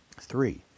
Three